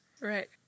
Right